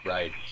Right